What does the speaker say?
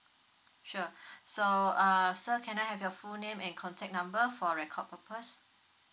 sure so uh sir can I have your full name and contact number for record purpose